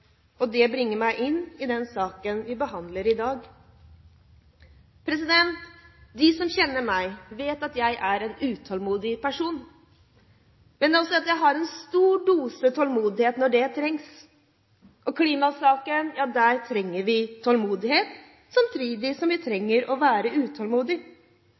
for. Det bringer meg inn på den saken vi behandler i dag. De som kjenner meg, vet at jeg er en utålmodig person, men også at jeg har en stor dose tålmodighet når det trengs. I klimasaken trenger vi tålmodighet, samtidig som vi trenger å være